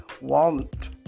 want